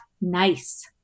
nice